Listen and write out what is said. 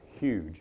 Huge